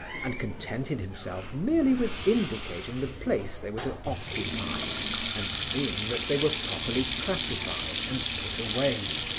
and contented himself merely with indicating the place they were to occupy and seeing that they were properly classified and put away.